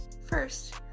First